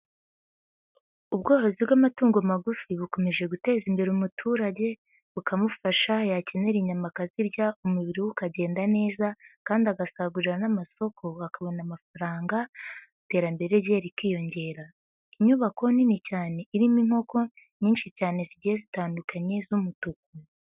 Ubworozi bw'amatungo magufi bukomeje guteza imbere umuturage, bukamufasha yakenera inyama akazirya, umubiri we ukagenda neza kandi agasagurira n'amasoko akabona amafaranga, iterambere rye rikiyongera, inyubako nini cyane irimo inkoko nyinshi cyane zigiye zitandukanye z'umutuku.